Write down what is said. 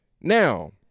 Now